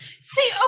See